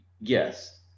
yes